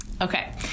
okay